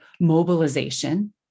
mobilization